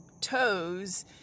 toes